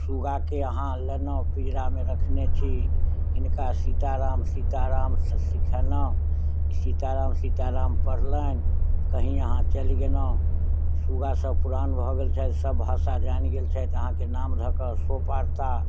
सूगाके अहाँ लेलहुॅं पिजड़ा मे रखने छी हिनका सीताराम सीताराम सिखेलहुॅं सीताराम सीताराम पढ़लहुॅं कही अहाँ चलि गेलहुॅं सूगा सब पुरान भऽ गेल छथि सब भाषा जानि गेल छथि अहाँके नाम धऽ कऽ सो पाड़ता